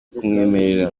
kumwemerera